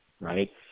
Right